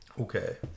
okay